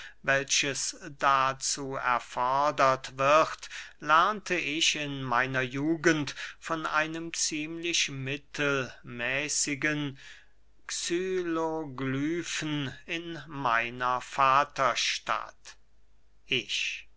welches dazu erfordert wird lernte ich in meiner jugend von einem ziemlich mittelmäßigen xyloglyfen in meiner vaterstadt ich